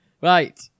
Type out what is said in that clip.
Right